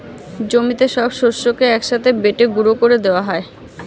জমিতে সব শস্যকে এক সাথে বেটে গুঁড়ো করে দেওয়া হয়